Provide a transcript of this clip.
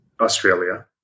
Australia